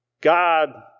God